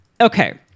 okay